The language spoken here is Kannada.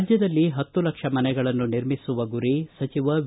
ರಾಜ್ಯದಲ್ಲಿ ಹತ್ತು ಲಕ್ಷ ಮನೆಗಳನ್ನು ನಿರ್ಮಿಸುವ ಗುರಿ ಸಚಿವ ವಿ